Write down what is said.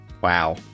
Wow